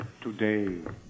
today